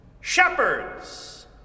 Shepherds